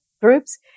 groups